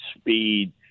speed